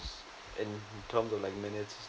in terms of like minutes